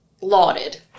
lauded